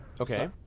Okay